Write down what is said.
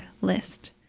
list